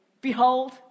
Behold